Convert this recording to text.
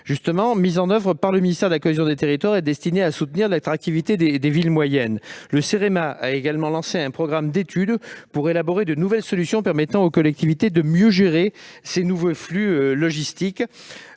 coeur de ville » que le ministère de la cohésion des territoires met en oeuvre pour soutenir l'attractivité des villes moyennes. Le Cerema a également lancé un programme d'études pour élaborer de nouvelles solutions permettant aux collectivités de mieux gérer ces nouveaux flux logistiques.